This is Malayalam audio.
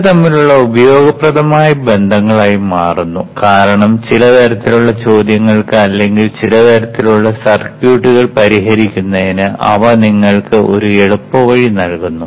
ഇവ വളരെ ഉപയോഗപ്രദമായ ബന്ധങ്ങളായി മാറുന്നു കാരണം ചില തരത്തിലുള്ള ചോദ്യങ്ങൾക്ക് അല്ലെങ്കിൽ ചില തരത്തിലുള്ള സർക്യൂട്ടുകൾ പരിഹരിക്കുന്നതിന് അവ നിങ്ങൾക്ക് ഒരു എളുപ്പ വഴി നൽകുന്നു